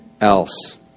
else